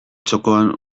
txokoan